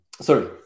sorry